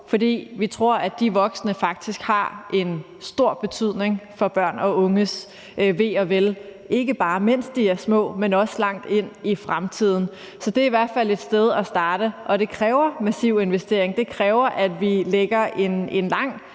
for vi tror, at de voksne faktisk har en stor betydning for børn og unges ve og vel, ikke bare mens de er små, men også langt ind i fremtiden. Så det er i hvert fald et sted at starte. Og det kræver massiv investering. Det kræver, at vi lægger en